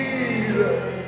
Jesus